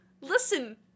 listen